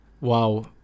Wow